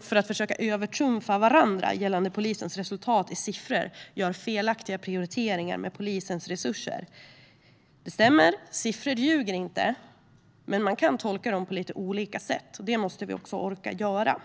för att försöka övertrumfa varandra gällande polisens resultat i siffror gör felaktiga prioriteringar med polisens resurser. Det stämmer att siffror inte ljuger, men man kan tolka dem på lite olika sätt. Det måste vi också orka göra.